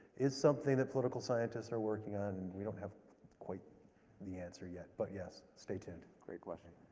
is something that political scientists are working on. we don't have quite the answer yet, but yes. stay tuned. great question.